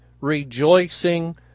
rejoicing